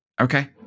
Okay